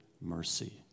mercy